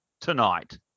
tonight